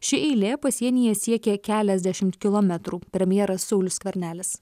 ši eilė pasienyje siekė keliasdešimt kilometrų premjeras saulius skvernelis